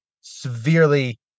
severely